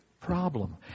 problem